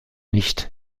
nicht